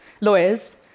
lawyers